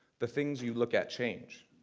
the things you look at change.